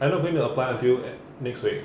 I not going to apply until [ng]